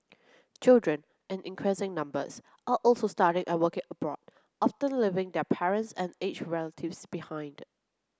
children in increasing numbers are also studying and working abroad often leaving their parents and aged relatives behind